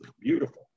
Beautiful